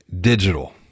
digital